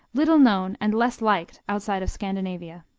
little known and less liked outside of scandinavia.